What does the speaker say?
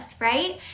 right